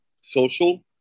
social